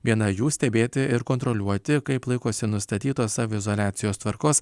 viena jų stebėti ir kontroliuoti kaip laikosi nustatytos saviizoliacijos tvarkos